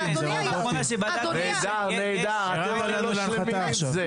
היושב-ראש --- בפעם האחרונה שבדקתי --- הרמת לנו להנחתה עכשיו.